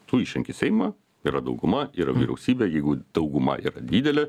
tu išrenki seimą yra dauguma yra vyriausybė jeigu dauguma yra didelė